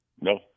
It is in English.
No